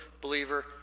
believer